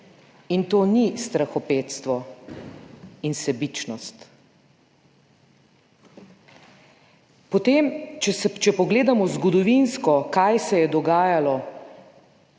in to ni strahopetstvo in sebičnost. Potem, če pogledamo zgodovinsko kaj se je dogajalo